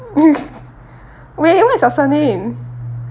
wait what is your surname